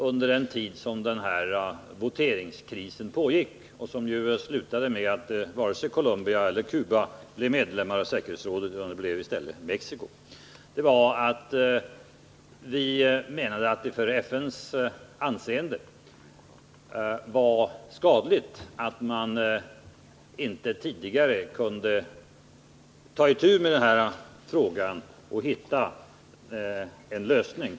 Under den tid som voteringskrisen pågick framhöll vi också att vi ansåg det skadligt för FN:s anseende att man inte tidigare kunde hitta en lösning.